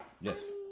Yes